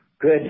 Good